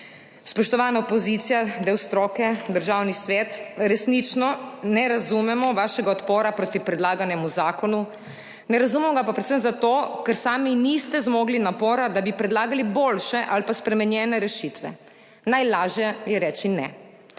Spoštovana opozicija, del stroke, državni svet, resnično ne razumemo vašega odpora proti predlaganemu zakonu. Ne razumemo ga pa predvsem zato, ker sami niste zmogli napora, da bi predlagali boljše ali pa spremenjene rešitve. Najlažje je reči ne.